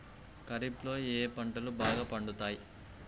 ఖరీఫ్లో ఏ పంటలు బాగా పండుతాయి?